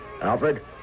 Alfred